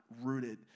rooted